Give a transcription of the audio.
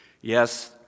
Yes